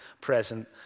present